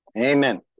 Amen